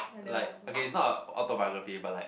like okay it's not a autobiography but like